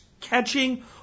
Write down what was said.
catching